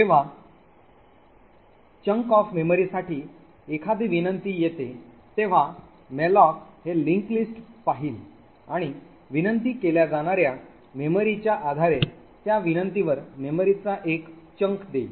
जेव्हा chunk of मेमरीसाठी एखादी विनंती येते तेव्हा मॅलोक हे linked lists पाहिल आणि विनंती केल्या जाणाऱ्या मेमरीच्या आधारे त्या विनंतीवर मेमरीचा एक हिस्सा देईल